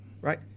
right